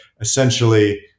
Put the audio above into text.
essentially